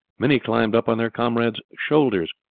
many climbed up on their comrades' shoulders,